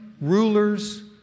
rulers